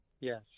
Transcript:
Yes